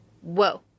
whoa